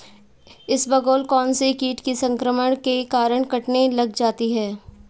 इसबगोल कौनसे कीट संक्रमण के कारण कटने लग जाती है?